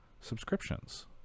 subscriptions